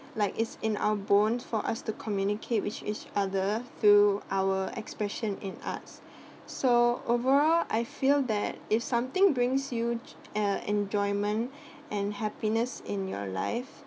like it's in our bone for us to communicate with each other through our expression in arts so overall I feel that if something brings you j~ uh enjoyment and happiness in your life